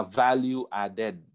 value-added